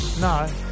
No